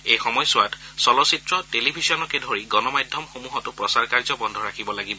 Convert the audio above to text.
এই সময়ছোৱাত চলচ্চিত্ৰ টেলিভিশ্যনকে ধৰি গণমাধ্যমসমূহতো প্ৰচাৰ কাৰ্য্য বন্ধ ৰাখিব লাগিব